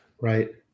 right